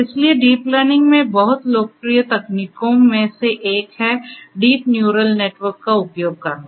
इसलिए deep learning में बहुत लोकप्रिय तकनीकों में से एक है डीप न्यूरल नेटवर्क का उपयोग करना